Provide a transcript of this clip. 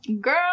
girl